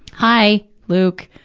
hi, luke.